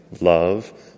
love